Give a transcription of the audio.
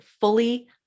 fully